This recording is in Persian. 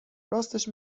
راستش